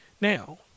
Now